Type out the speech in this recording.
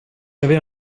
avait